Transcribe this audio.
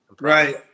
Right